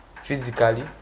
Physically